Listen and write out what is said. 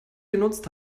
genutzt